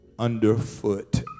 Underfoot